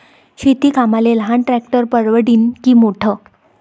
शेती कामाले लहान ट्रॅक्टर परवडीनं की मोठं?